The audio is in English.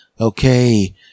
Okay